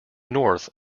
north